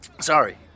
sorry